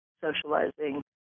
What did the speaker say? socializing